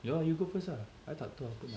yeah you go first ah I tak tahu apa nak